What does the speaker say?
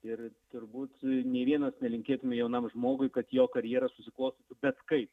ir turbūt nei vienas nelinkėtume jaunam žmogui kad jo karjera susiklostytų bet kaip